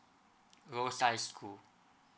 highschool